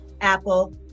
Apple